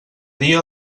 dia